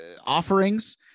offerings